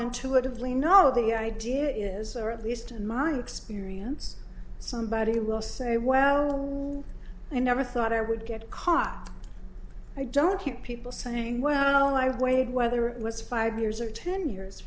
intuitively know the idea is or at least in my experience somebody will say well i never thought i would get caught i don't hear people saying well i weighed whether it was five years or ten years